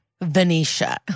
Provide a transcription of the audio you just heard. Venetia